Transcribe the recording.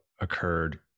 occurred